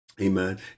Amen